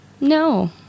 No